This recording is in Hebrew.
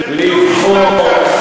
לבחור,